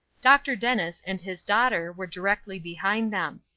dr. dennis and his daughter were directly behind them.